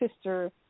sister